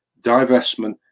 divestment